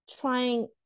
trying